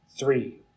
Three